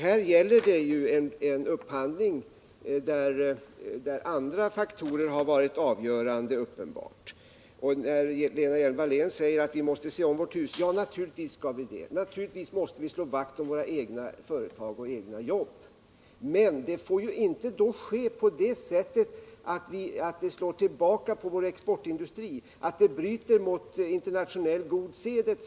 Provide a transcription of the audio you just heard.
Här gäller det en upphandling där uppenbart andra faktorer har varit avgörande. Lena Hjelm-Wallén säger att vi måste se om vårt hus. Ja, naturligtvis skall vi göra det, naturligtvis måste vi slå vakt om våra egna företag och våra egna jobb. Men det får inte ske på det sättet att det slår tillbaka på vår exportindustri, att det bryter mot internationell god sed etc.